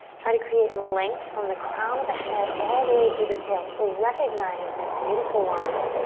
try to create length from the crown of the head all the way through the tail. so recognize this beautiful line,